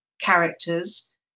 characters